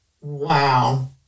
Wow